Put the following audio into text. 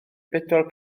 bedwar